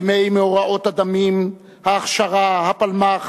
ימי מאורעות הדמים, ההכשרה, הפלמ"ח,